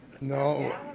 No